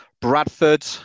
Bradford